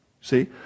See